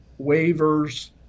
waivers